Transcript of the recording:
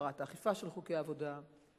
הגברת האכיפה של חוקי העבודה וכדומה.